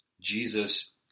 Jesus